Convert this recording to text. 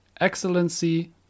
excellency